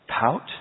pout